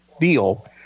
deal